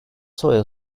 soil